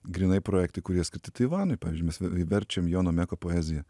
grynai projektai kurie skirti taivanui pavyzdžiui mes verčiam jono meko poeziją